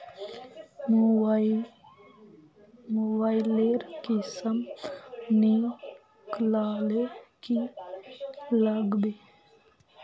Mobile लेर किसम निकलाले की लागबे?